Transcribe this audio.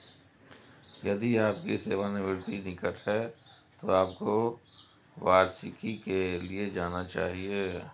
यदि आपकी सेवानिवृत्ति निकट है तो आपको वार्षिकी के लिए जाना चाहिए